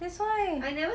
that's why